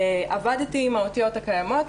עבדתי עם האותיות הקיימות,